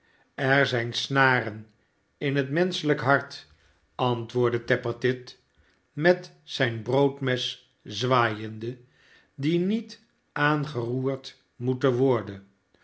ser zijn snaren in het menschelijk hart antwoordde tappertit met zijn broodmes zwaaiende die niet aangeroerd moeten worden